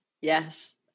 Yes